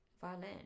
Violin